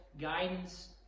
guidance